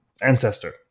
ancestor